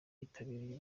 yitabiriye